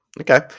Okay